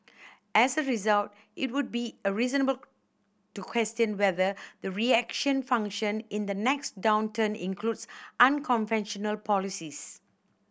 as a result it would be a reasonable to question whether the reaction function in the next downturn includes unconventional policies